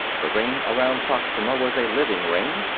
the ring around proxima was a living ring,